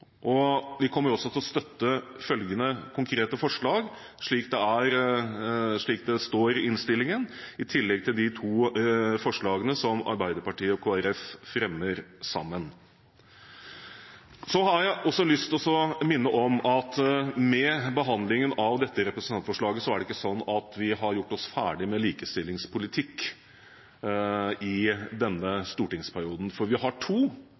Vi kommer også til å støtte de konkrete forslagene til vedtak, slik de står i innstillingen, i tillegg til de to forslagene som Arbeiderpartiet og Kristelig Folkeparti fremmer sammen. Jeg har lyst til å minne om at med behandlingen av dette representantforslaget er det ikke slik at vi har gjort oss ferdig med likestillingspolitikk i denne stortingsperioden. Vi har to